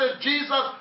Jesus